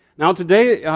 now today,